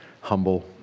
humble